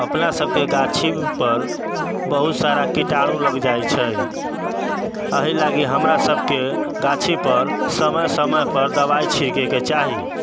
अपना सबके गाछीपर बहुत सारा कीटाणु लगि जाइ छै एहि लागी हमरा सबके गाछीपर समय समयपर दबाइ छिड़कैके चाही